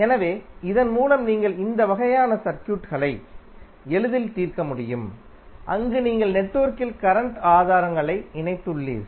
எனவே இதன் மூலம் நீங்கள் இந்த வகையான சர்க்யூட்களை எளிதில் தீர்க்க முடியும் அங்கு நீங்கள் நெட்வொர்க்கில் கரண்ட் ஆதாரங்களை இணைத்துள்ளீர்கள்